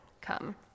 come